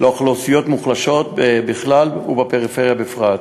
לאוכלוסיות מוחלשות בכלל ובפריפריה בפרט.